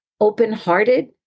open-hearted